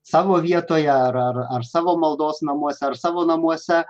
savo vietoje ar ar ar savo maldos namuose ar savo namuose